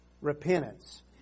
repentance